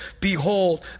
Behold